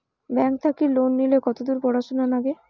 Bank থাকি loan নিলে কতদূর পড়াশুনা নাগে?